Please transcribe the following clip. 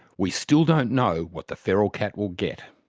we still don't know what the feral cat will get.